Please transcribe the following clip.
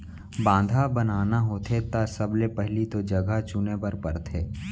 बांधा बनाना होथे त सबले पहिली तो जघा चुने बर परथे